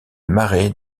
marais